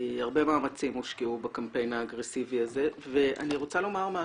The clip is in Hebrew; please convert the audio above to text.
הרבה מאמצים הושקעו בקמפיין האגרסיבי הזה ואני רוצה לומר משהו,